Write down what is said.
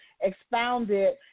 expounded